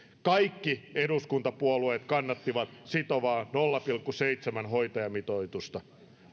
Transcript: kaikki eduskuntapuolueet kannattivat sitovaa nolla pilkku seitsemän hoitajamitoitusta